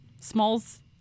Smalls